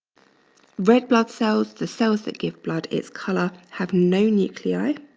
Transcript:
red blood cells, the cells that give blood its color, have no nuclei.